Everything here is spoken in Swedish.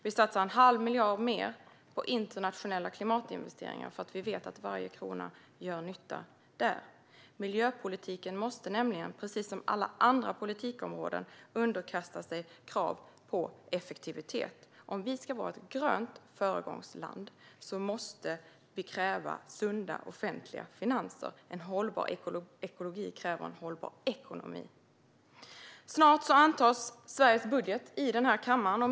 Vi satsar en halv miljard mer på internationella klimatinvesteringar, för vi vet att varje krona gör nytta där. Miljöpolitiken måste nämligen, precis som alla andra politikområden, underkasta sig krav på effektivitet. Om vi ska vara ett grönt föregångsland måste vi kräva sunda offentliga finanser. En hållbar ekologi kräver en hållbar ekonomi. Snart antas Sveriges budget i den här kammaren.